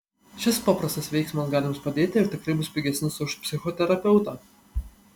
šis paprastas veiksmas gali jums padėti ir tikrai bus pigesnis už psichoterapeutą